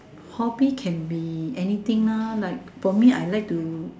hobby can be anything lah like for me I like to